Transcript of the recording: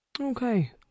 Okay